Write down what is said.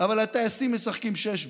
אבל הטייסים משחקים שש-בש.